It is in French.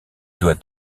doit